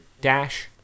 Dash